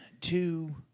two